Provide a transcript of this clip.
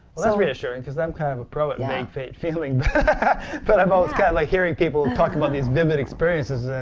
well that's reassuring because i'm kind of a pro at vague, faint feeling but i'm always kind of hearing people talk about these vivid experiences and